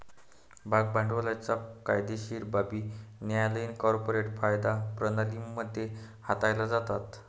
भाग भांडवलाच्या कायदेशीर बाबी न्यायालयीन कॉर्पोरेट कायदा प्रणाली मध्ये हाताळल्या जातात